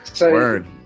Word